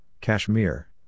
Kashmir